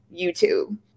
youtube